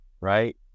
right